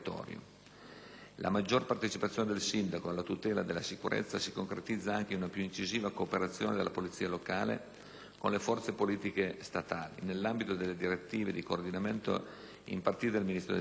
La maggiore partecipazione del sindaco alla tutela della sicurezza si concretizza anche in una più incisiva cooperazione della polizia locale con le Forze di polizia statali, nell'ambito delle direttive di coordinamento impartite dal Ministro dell'interno.